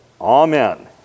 Amen